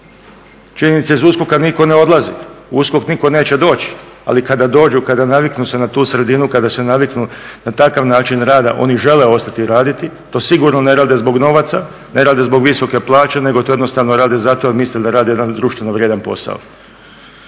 Činjenica iz USKOK-a nitko ne odlazi, USKOK nitko neće doći, ali kada dođu, kada naviknu se na tu sredinu, kada se naviknu na takav način rada oni žele ostati raditi. To sigurno ne rade zbog novaca, ne rade zbog visoke plaće, nego to jednostavno rade zato jer misle da rade jedan društveno vrijedan posao.